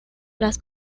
las